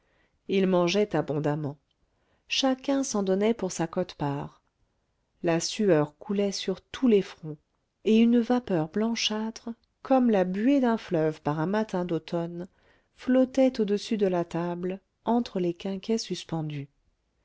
ils mangeaient abondamment chacun s'en donnait pour sa quote-part la sueur coulait sur tous les fronts et une vapeur blanchâtre comme la buée d'un fleuve par un matin d'automne flottait au-dessus de la table entre les quinquets suspendus